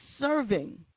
serving